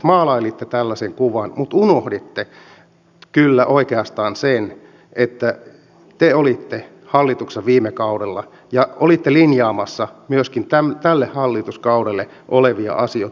maalailitte tällaisen kuvan mutta unohditte kyllä oikeastaan sen että te olitte hallituksessa viime kaudella ja olitte linjaamassa myöskin tälle hallituskaudelle asioita